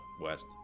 west